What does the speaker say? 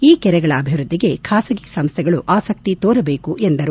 ಈ ಕೆರೆಗಳ ಅಭಿವೃದ್ದಗೆ ಖಾಸಗಿ ಸಂಸ್ನೆಗಳು ಆಸಕ್ಕಿ ತೋರಬೇಕು ಎಂದರು